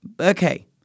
okay